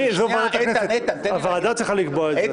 זו ועדת הכנסת, הוועדה צריכה לקבוע את זה.